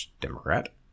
Democrat